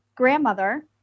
grandmother